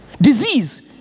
disease